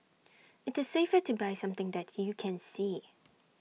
IT is safer to buy something that you can see